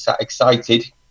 excited